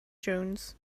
jones